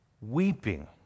weeping